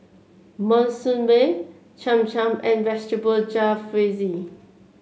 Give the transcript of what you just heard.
Monsunabe Cham Cham and Vegetable Jalfrezi